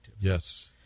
Yes